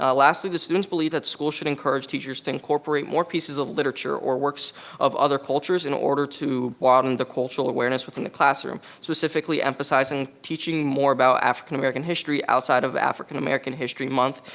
ah lastly, the students believe that schools should encourage teachers to incorporate more pieces of literature, or works of other cultures, in order to broaden the cultural awareness within the classroom. specifically emphasizing teaching more about african-american history outside of african-american history month,